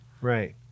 Right